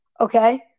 okay